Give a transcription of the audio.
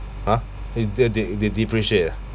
!huh! th~ th~ they they depreciate ah